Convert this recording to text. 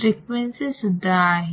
frequency सुद्धा आहे